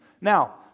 Now